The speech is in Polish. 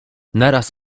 naraz